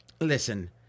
listen